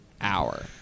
hour